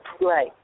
Right